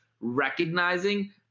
recognizing